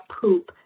poop